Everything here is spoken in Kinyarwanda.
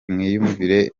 mwiyumvire